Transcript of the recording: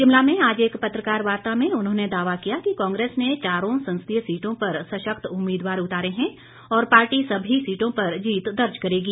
शिमला में आज एक पत्रकार वार्ता में उन्होंने दावा किया कि कांग्रेस ने चारों संसदीय सीटों पर सशक्त उम्मीदवार उतारे हैं और पार्टी सभी सीटों पर जीत दर्ज करेगी